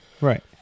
Right